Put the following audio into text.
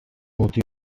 noti